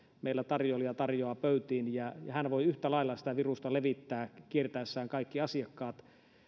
meillä tarjoilija tarjoaa pöytiin ja ja hän voi yhtä lailla sitä virusta levittää kiertäessään kaikki asiakkaat